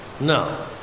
No